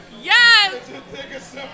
Yes